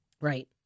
Right